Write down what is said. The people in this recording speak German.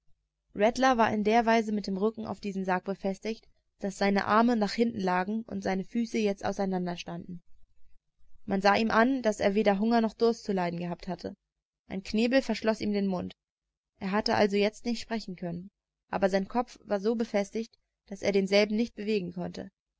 rattler war in der weise mit dem rücken auf diesen sarg befestigt daß seine arme nach hinten lagen und seine füße jetzt auseinander standen man sah ihm an daß er weder hunger noch durst zu leiden gehabt hatte ein knebel verschloß ihm den mund er hatte also jetzt nicht sprechen können auch sein kopf war so befestigt daß er denselben nicht bewegen konnte